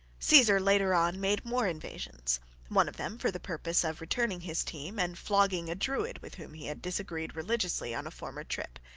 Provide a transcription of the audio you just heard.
caesar later on made more invasions one of them for the purpose of returning his team and flogging a druid with whom he had disagreed religiously on a former trip.